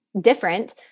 different